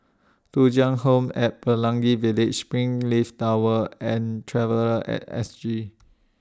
Thuja Home At Pelangi Village Springleaf Tower and Traveller At S G